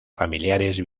familiares